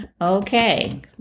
Okay